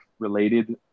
related